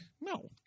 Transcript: No